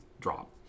drop